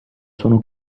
sono